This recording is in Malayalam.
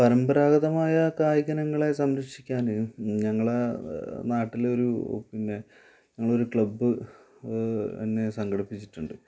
പരമ്പരാഗതമായ കായിക ഇനങ്ങളെ സംരക്ഷിക്കാന് ഞങ്ങളെ നാട്ടിലൊരു പിന്നെ ഞങ്ങളൊരു ക്ലബ് തന്നെ സംഘടിപ്പിച്ചിട്ടുണ്ട്